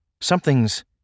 something's